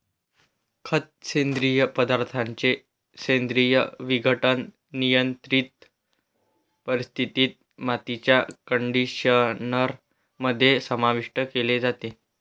खत, सेंद्रिय पदार्थांचे सेंद्रिय विघटन, नियंत्रित परिस्थितीत, मातीच्या कंडिशनर मध्ये समाविष्ट केले जाते